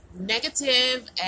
negative